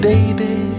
Baby